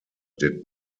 did